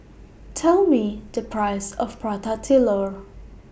Tell Me The Price of Prata Telur